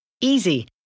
Easy